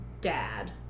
dad